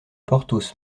porthos